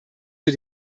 für